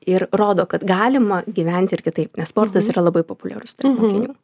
ir rodo kad galima gyventi ir kitaip nes sportas yra labai populiarus tarp mokinių